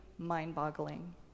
mind-boggling